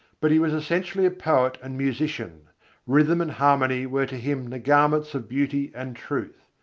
but he was essentially a poet and musician rhythm and harmony were to him the garments of beauty and truth.